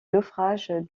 naufrage